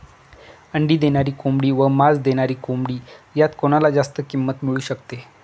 अंडी देणारी कोंबडी व मांस देणारी कोंबडी यात कोणाला जास्त किंमत मिळू शकते?